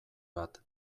bat